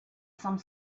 some